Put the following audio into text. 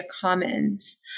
Commons